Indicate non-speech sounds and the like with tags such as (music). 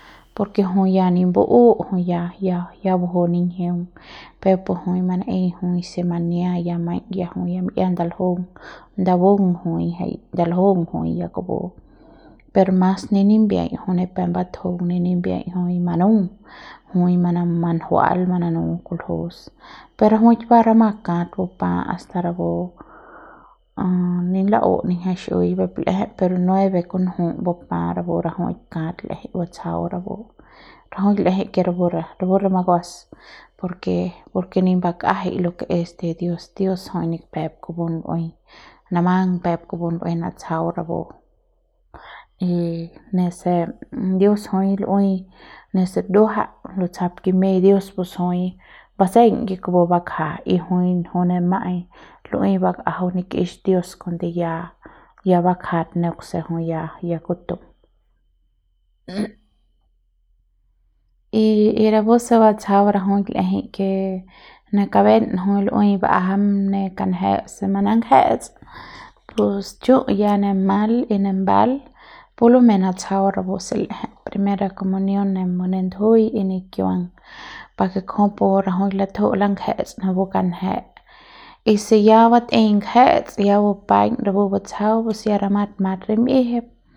(noise) por ke jui ya ni mba'u jui ya ya baju ninjiung peuk pu jui mana'ejei se mania ya maiñ jui ya mi'ia ndaljung ndabung jui jai ndaljung jui ya kupu per mas ne nimbiaiñ jui ni pe batjung ne nimbiaiñ jui manu (noise) jui manama manjua'al mananu kuljus pero rajuik ba ramat kat bupa hasta rapu a ni la'u niñja xi'iui peuk l'eje per nueve kunju bupap rapu rajuik kat l'ejei batsjau rapu rajuik l'ejei ke rapu rapu re makuas por ke por ke ni bak'ajai jai lo ke es de dios, dios jui ni pep pu lu'ui namang ni pe kupu lu'ui lutsjau kupu y nese dios jui lu'ui nese dua'ja lutsjap kimiaiñ dios pus jui baseiñ ke kupu bakja y jui jui ne ma'aiñ lu'ui ba'ajau nikix dios kuande ya ya bakjat neuk se ya kutu (noise) y y rapu se batsjau rajuik l'ejei ke ne kaben jui lu'ui ba'ajam ne kanje se managje'ets pus chu ya mal y ne mbal pu lumei natsjau rapu se l'ejei primera comunión ne ne ndujuiñ y ni kiuang par ke kujupu jui latju'u langje'ets napu kanje y si ya batei ngje'ets ya bupaiñ rapu butsjau pus ya ramat mat rim'iejep.